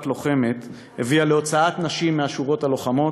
לוחמת הביאה להוצאת נשים מהשורות הלוחמות,